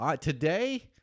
today